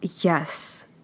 Yes